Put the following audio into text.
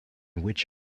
which